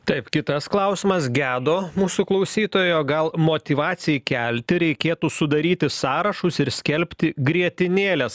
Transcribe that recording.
taip kitas klausimas gedo mūsų klausytojo gal motyvacijai kelti reikėtų sudaryti sąrašus ir skelbti grietinėles